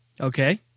Okay